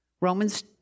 Romans